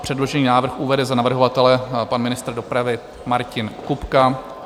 Předložený návrh uvede za navrhovatele pan ministr dopravy Martin Kupka.